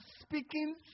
speaking